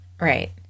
Right